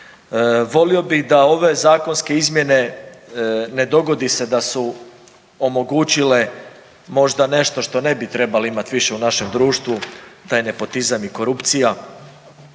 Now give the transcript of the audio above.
Volio bih da ove zakonske izmjene ne dogodi se da su omogućile možda nešto što ne bi trebali imati više u društvu, taj nepotizam i korupcija.